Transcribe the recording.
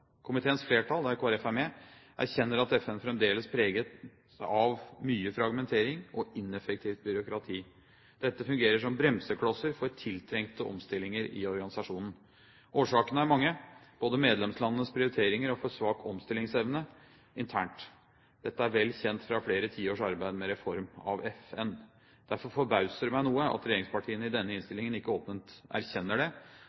Komiteens flertall, der Kristelig Folkeparti er med, erkjenner at FN fremdeles er preget av mye fragmentering og ineffektivt byråkrati. Dette fungerer som bremseklosser for tiltrengte omstillinger i organisasjonen. Årsakene er mange, både medlemslandenes prioriteringer og for svak omstillingsevne internt. Dette er vel kjent fra flere tiårs arbeid med reform av FN. Derfor forbauser det meg noe at regjeringspartiene i denne innstillingen ikke åpent erkjenner det.